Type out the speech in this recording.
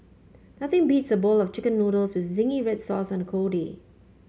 nothing beats a bowl of chicken noodles with zingy red sauce on a cold day